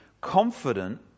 confident